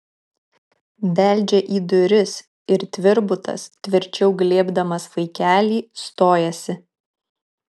beldžia į duris ir tvirbutas tvirčiau glėbdamas vaikelį stojasi